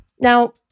Now